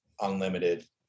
unlimited